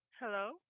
Hello